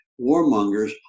warmongers